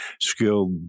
skilled